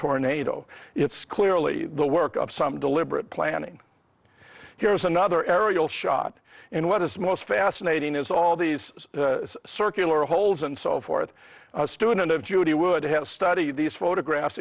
tornado it's clearly the work of some deliberate planning here's another aerial shot and what is most fascinating is all these circular holes and so forth a student of judy would have studied these photographs